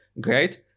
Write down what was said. great